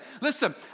Listen